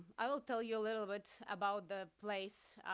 i will tell you a little bit about the place